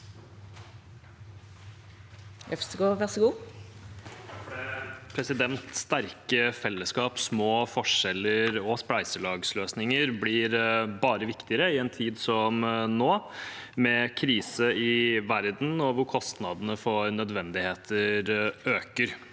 leder): Sterke fellesskap, små forskjeller og spleiselagsløsninger blir bare viktigere i en tid som nå, med krise i verden, når kostnadene for nødvendigheter øker,